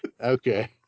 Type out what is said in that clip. okay